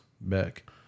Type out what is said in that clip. back